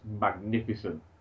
magnificent